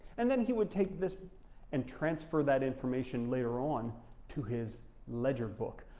and then he would take this and transfer that information later on to his ledger book,